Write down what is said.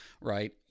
right